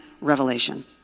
Revelation